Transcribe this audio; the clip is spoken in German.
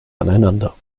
aneinander